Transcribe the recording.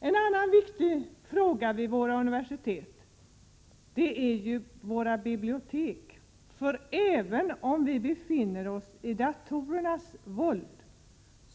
En annan viktig fråga är biblioteken vid våra universitet. Även om vi befinner oss i datorernas våld,